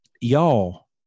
Y'all